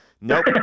Nope